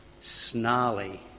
Snarly